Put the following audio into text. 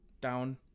down